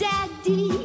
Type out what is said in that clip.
Daddy